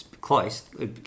Close